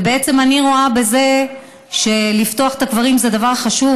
ובעצם אני רואה בזה שפתיחת הקברים זה דבר חשוב.